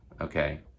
okay